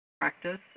practice